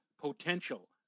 potential